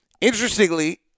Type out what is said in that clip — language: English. Interestingly